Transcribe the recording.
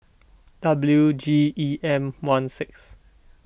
W G E M one six